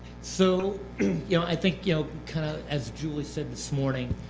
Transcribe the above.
so you know i think you know kind of as julie said this morning,